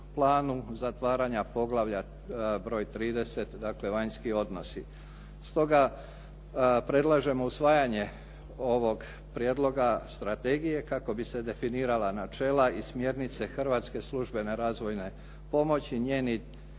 planu zatvaranja Poglavlja 30 – vanjski odnosi. Stoga, predlažemo usvajanje ovog prijedloga strategije kako bi se definirala načela i smjernice hrvatske službene razvojne pomoći, njeni